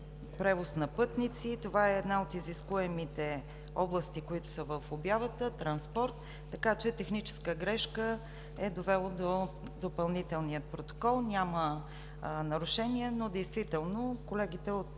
превози на пътници“. Това е една от изискуемите области, които са в обявата – транспорт. Така че техническа грешка е довела до допълнителния протокол. Няма нарушения, но действително колегите от